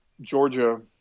Georgia